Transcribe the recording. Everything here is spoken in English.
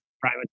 private